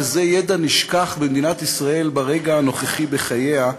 וזה יֶדע נשכח במדינת ישראל ברגע הנוכחי בחייה,